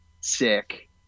sick